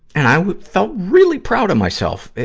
and i was, i felt really proud of myself, the,